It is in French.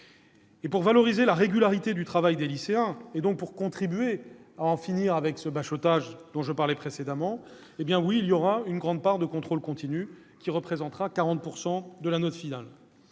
pour valoriser la régularité du travail des lycéens, donc pour contribuer à en finir avec le bachotage que j'ai évoqué, il y aura une grande part de contrôle continu, qui représentera quelque 40 % de la note finale.